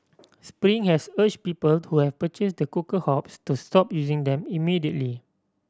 spring has urged people who have purchased the cooker hobs to stop using them immediately